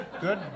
good